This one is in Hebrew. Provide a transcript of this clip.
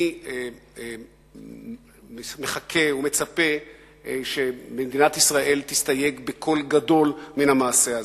אני מחכה ומצפה שמדינת ישראל תסתייג בקול גדול מן המעשה הזה.